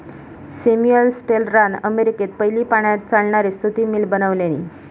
Samuel स्लेटरान अमेरिकेत पयली पाण्यार चालणारी सुती मिल बनवल्यानी